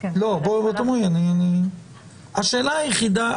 השאלה היחידה,